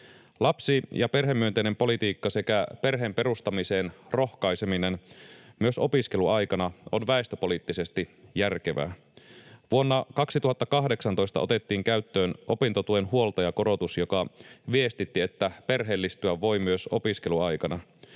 Lapsi- ja perhemyönteinen politiikka sekä perheen perustamiseen rohkaiseminen myös opiskeluaikana on väestöpoliittisesti järkevää. Vuonna 2018 otettiin käyttöön opintotuen huoltajakorotus, joka viestitti, että perheellistyä voi myös opiskeluaikana.